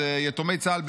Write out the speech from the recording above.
יתומי צה"ל,